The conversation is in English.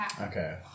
Okay